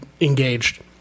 engaged